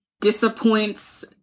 disappoints